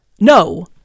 No